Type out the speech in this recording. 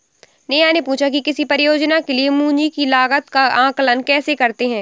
नेहा ने पूछा कि किसी परियोजना के लिए पूंजी की लागत का आंकलन कैसे करते हैं?